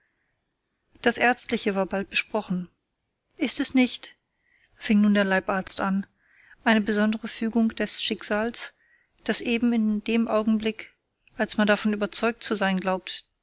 das ärztliche war bald besprochen ist es nicht fing nun der leibarzt an eine besondere fügung des schicksals daß eben in dem augenblick als man davon überzeugt zu sein glaubt